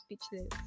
speechless